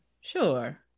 sure